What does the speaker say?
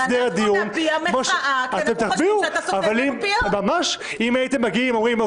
-- ואנחנו נביע מחאה כי אנחנו חושבים שאתה --- אם הייתם אומרים,